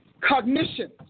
cognition